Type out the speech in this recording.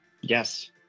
Yes